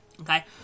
Okay